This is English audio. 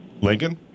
Lincoln